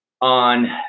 on